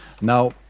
Now